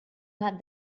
had